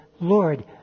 Lord